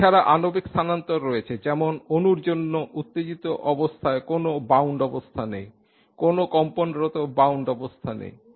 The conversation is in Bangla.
এছাড়াও আণবিক স্থানান্তর রয়েছে যেমন অণুর জন্য উত্তেজিত অবস্থায় কোন বাউন্ড অবস্থা নেই কোন কম্পনরত বাউন্ড অবস্থা নেই